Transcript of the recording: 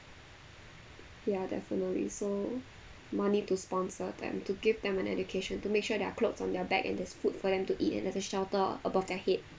ya definitely so money to sponsor them to give them an education to make sure there're clothes on their back and there's food for them to eat and there's a shelter above their head